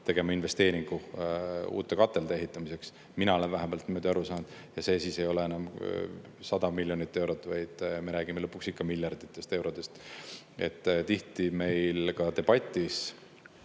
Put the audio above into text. tegema investeeringu uute katelde ehitamiseks. Mina vähemalt olen nii aru saanud. Ja see siis ei ole enam 100 miljonit eurot, vaid me räägime lõpuks ikka miljarditest eurodest. Tihti meil ka